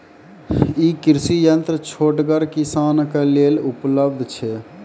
ई कृषि यंत्र छोटगर किसानक लेल उपलव्ध छै?